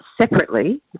separately